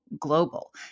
global